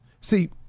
See